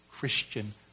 Christian